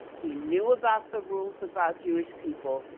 he knew about the rules about jewish people,